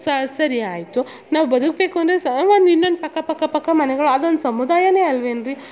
ಸ ಸರಿ ಆಯಿತು ನಾವು ಬದುಬೇಕು ಅಂದರೆ ಸ ಒಂದು ಇನ್ನೊಂದು ಪಕ್ಕ ಪಕ್ಕ ಪಕ್ಕ ಮನೆಗಳು ಅದು ಒಂದು ಸಮುದಾಯನೇ ಅಲ್ಲವೇನ್ರೀ